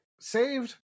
Saved